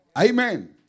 amen